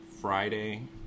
Friday